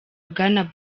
bwana